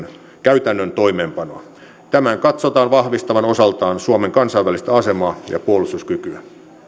käytännön toimeenpanoa tämän katsotaan vahvistavan osaltaan suomen kansainvälistä asemaa ja puolustuskykyä